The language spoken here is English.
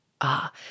Ah